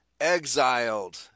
exiled